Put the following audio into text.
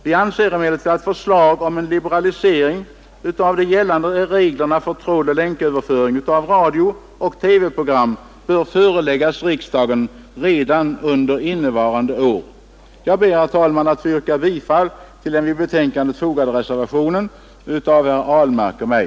Vi anser emellertid att förslag om en liberalisering av de gällande reglerna för trådoch länköverföring av radiooch TV program bör föreläggas riksdagen redan under innevarande år. Jag ber, herr talman, att få yrka bifall till den vid betänkandet fogade reservationen av herr Ahlmark och mig.